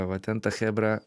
va ten ta chebra